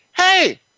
Hey